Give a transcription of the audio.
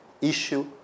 issue